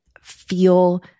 feel